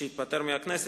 שהתפטר מהכנסת,